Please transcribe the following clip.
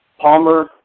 Palmer